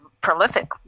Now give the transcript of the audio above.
prolific